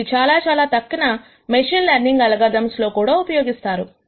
మరియు ఇది చాలా తక్కిన మెషిన్ లెర్నింగ్ అల్గారిథమ్స్ లో కూడా ఉపయోగిస్తారు